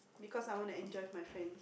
because I want to enjoy with my friends